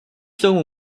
tomu